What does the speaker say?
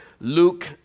Luke